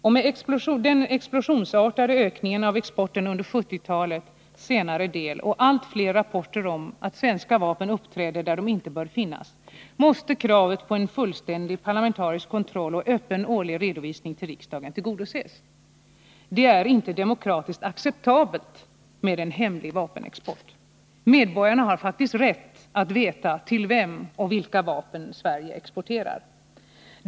Med hänsyn till den explosionsartade ökningen av exporten under 1970 talets senare del och det allt större antalet rapporter om att svenska vapen uppträder där de inte bör finnas, måste kravet på en fullständig parlamentarisk kontroll och öppen årlig redovisning till riksdagen tillgodoses. Det är inte demokratiskt acceptabelt med en hemlig vapenexport. Medborgarna har faktiskt rätt att veta till vem — och vilka vapen — Sverige exporterar.